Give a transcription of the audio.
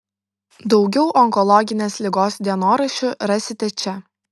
daugiau onkologinės ligos dienoraščių rasite čia